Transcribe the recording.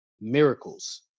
miracles